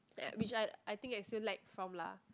that which I I think I still lack from lah